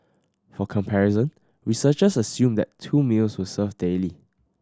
for comparison researchers assumed that two meals were served daily